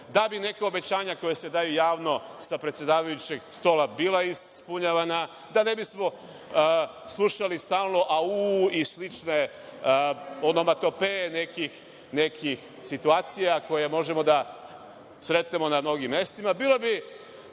da bi neka obećanja koja se daju javno sa predsedavajućeg stola, bila ispunjena, da ne bismo slušali stalno – „au“ i slične onomatopeje nekih situacija koje možemo da sretnemo na mnogim mestima. Dakle,